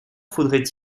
faudrait